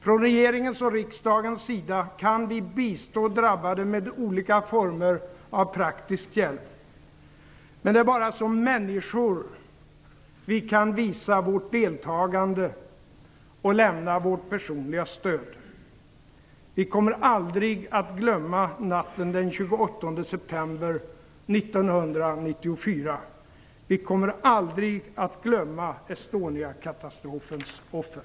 Från regeringens och riksdagens sida kan vi bistå drabbade med olika former av praktisk hjälp, men det är bara som människor vi kan visa vårt deltagande och lämna vårt personliga stöd. Vi kommer aldrig att glömma natten den 28 september 1994. Vi kommer aldrig att glömma Estoniakatastrofens offer.